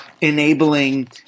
enabling